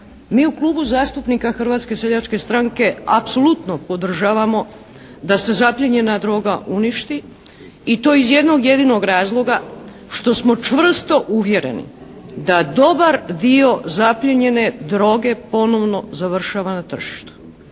Mi u Klubu zastupnika Hrvatske seljačke stranke apsolutno podržavamo da se zaplijenjena droga uništi i to iz jednog jedinog razloga što smo čvrsto uvjereni da dobar dio zaplijenjene droge ponovno završava na tržištu.